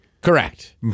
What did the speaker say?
Correct